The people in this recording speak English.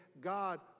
God